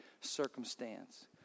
circumstance